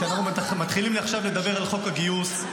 כשאנחנו מתחילים עכשיו לדבר על חוק הגיוס,